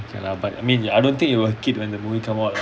okay lah but I mean I don't think you were a kid when the movie come out